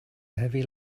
heavy